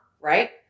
right